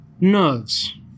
nerves